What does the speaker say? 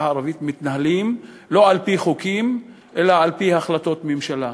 הערבית מתנהלים לא על-פי חוקים אלא על-פי החלטות ממשלה.